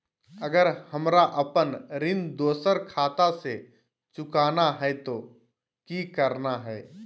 अगर हमरा अपन ऋण दोसर खाता से चुकाना है तो कि करना है?